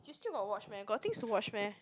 you still got watch meh got things to watch meh